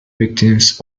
victims